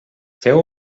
féu